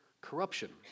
corruption